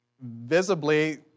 visibly